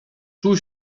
czuł